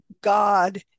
God